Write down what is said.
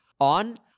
on